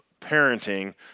parenting